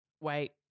wait